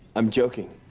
i'm joking.